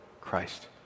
Christ